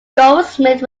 goldsmith